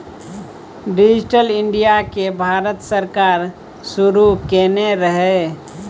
digital India केँ भारत सरकार शुरू केने रहय